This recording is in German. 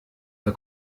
der